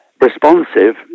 responsive